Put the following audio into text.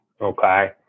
Okay